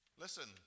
Listen